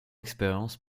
expérience